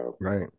Right